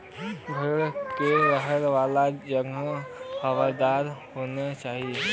भेड़ के रहे वाला जगह हवादार होना चाही